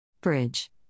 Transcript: Bridge